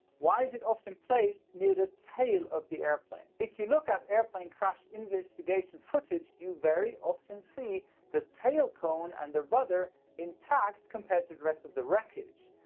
why is it often placed near the tail of the airplane? if you look at airplane crash investigation footage you very often see the tail cone and the rudder intact compared to the rest of the wreckage.